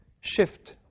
shift